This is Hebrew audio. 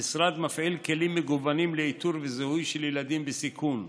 המשרד מפעיל כלים מגוונים לאיתור וזיהוי של ילדים בסיכון: